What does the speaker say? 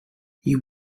you